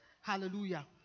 Hallelujah